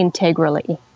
integrally